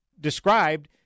described